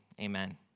Amen